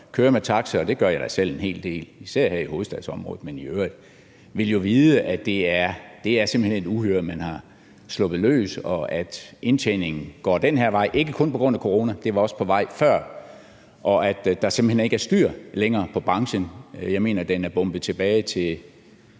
kører med taxa, og det gør jeg da selv en hel del, især her i hovedstadsområdet, vil jo vide, at det simpelt hen er et uhyre, man har sluppet løs, og at den indtjening går nedad, og det er ikke kun på grund af corona; det var også på vej før, og der er simpelt hen ikke længere styr på branchen. Jeg mener, at den er bombet tilbage til